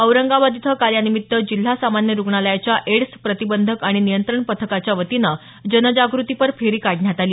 औरंगाबाद इथं काल यानिमित्त जिल्हा सामान्य रूग्णालयाच्या एड्स प्रतिबंधक आणि नियंत्रण पथकाच्या वतीनं जनजागृतीपर फेरी काढण्यात आली